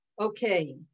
okay